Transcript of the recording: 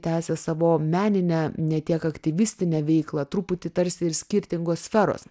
tęsia savo meninę ne tiek aktyvistinę veiklą truputį tarsi ir skirtingos sferos